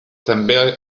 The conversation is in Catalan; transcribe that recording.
també